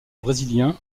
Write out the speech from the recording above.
brésilien